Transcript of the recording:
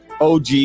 OG